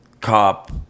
cop